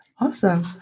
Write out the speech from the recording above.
awesome